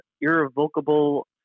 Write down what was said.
irrevocable